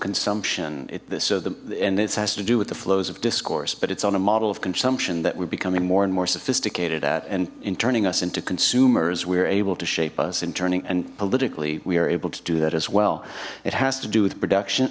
the and this has to do with the flows of discourse but it's on a model of consumption that we're becoming more and more sophisticated at and in turning us into consumers we're able to shape us in turning and politically we are able to do that as well it has to do with production